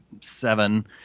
seven